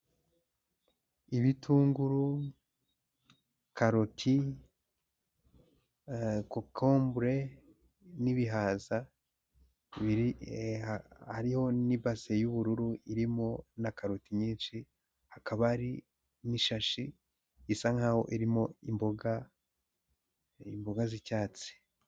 Ibitunguru, karoti, kokombure, n'ibihaza, biri hariho n'ibase y'ubururu irimo na karoti nyinshi, hakaba hari n'ishashi isa nkaho irimo imboga, imboga z'icyatsi.